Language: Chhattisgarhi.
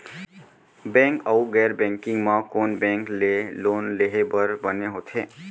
बैंक अऊ गैर बैंकिंग म कोन बैंक ले लोन लेहे बर बने होथे?